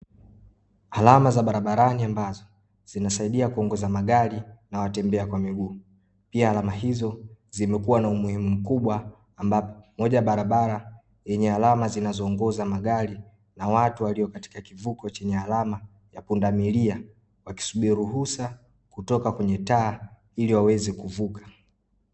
Alama za barabarani ambazo zinasaidia kuongoza magari na watembea kwa miguu. Pia alama hizo zimekuwa na umuhimu mkubwa ambapo moja ya barabara yenye alama zinazoongoza magari na watu walio katika kivuko chenye alama ya pundamilia, wakisubiri ruhusa kutoka kwenye taa ili waweze kuvuka.